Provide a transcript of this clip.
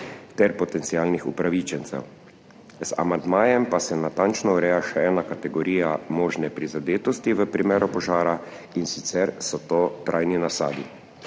terpotencialnih upravičencev. Z amandmajem pa se natančno ureja še ena kategorija možne prizadetosti v primeru požara, in sicer so to trajni nasadi.